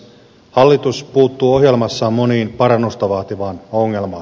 hallitus puuttuu ohjelmassaan moneen parannusta vaativaan ongelmaan